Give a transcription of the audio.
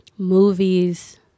movies